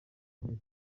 noheli